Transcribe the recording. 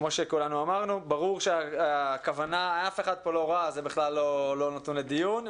ברור שהכוונה היא טובה זה בכלל לא נתון לדיון,